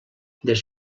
des